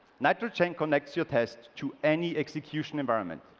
nitrogen connects your test to any execution environment.